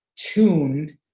tuned